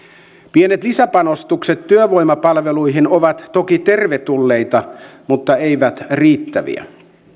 pienet lisäpanostukset työvoimapalveluihin ovat toki tervetulleita mutta eivät riittäviä